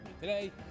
today